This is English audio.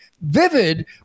vivid